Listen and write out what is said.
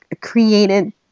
created